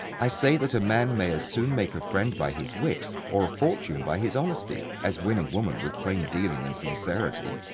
i say that a man may as soon make a friend by his wit, or a fortune by his honesty, as win a woman with plain-dealing and sincerity.